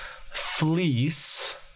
fleece